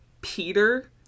Peter